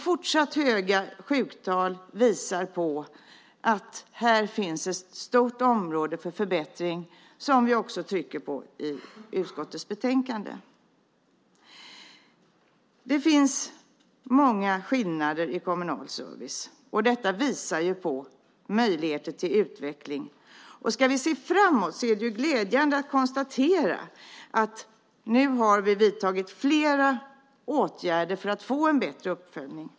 Fortsatt höga sjuktal visar att det här finns ett stort område för förbättring. Även detta trycker vi på i utskottets betänkande. Det finns många skillnader i kommunal service, och detta visar på möjligheter till utveckling. Ska vi se framåt är det glädjande att konstatera att vi nu har vidtagit flera åtgärder för att få en bättre uppföljning.